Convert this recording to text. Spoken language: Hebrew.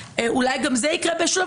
אולי גם זה יקרה באיזה שלב,